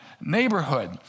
neighborhood